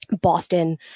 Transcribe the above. Boston